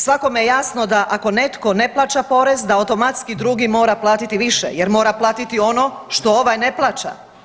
Svakome je jasno da ako netko ne plaća porez da automatski drugi mora platiti više, jer mora platiti ono što ovaj ne plaća.